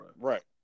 Right